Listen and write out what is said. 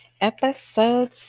Episode